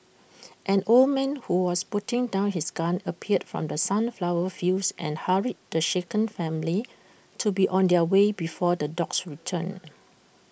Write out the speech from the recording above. an old man who was putting down his gun appeared from the sunflower fields and hurried the shaken family to be on their way before the dogs return